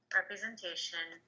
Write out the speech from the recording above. representation